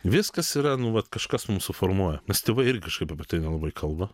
viskas yra nu vat kažkas mums suformuoja nes tėvai irgi kažkaip apie tai nelabai kalba